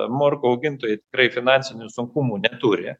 morkų augintojai tikrai finansinių sunkumų neturi